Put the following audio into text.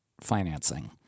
financing